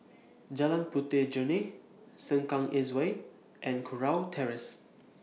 Jalan Puteh Jerneh Sengkang East Way and Kurau Terrace